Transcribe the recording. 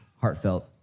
heartfelt